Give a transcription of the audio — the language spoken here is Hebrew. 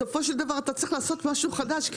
בסופו של דבר אתה צריך לעשות משהו חדש,